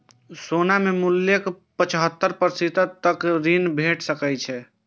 सोना के मूल्यक पचहत्तर प्रतिशत तक ऋण भेट सकैए